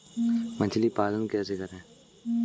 मछली पालन कैसे करें?